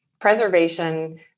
preservation